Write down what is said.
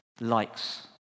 likes